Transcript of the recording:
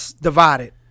divided